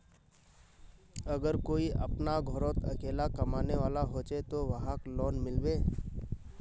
अगर कोई अपना घोरोत अकेला कमाने वाला होचे ते वहाक लोन मिलबे?